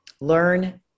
learn